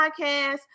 Podcast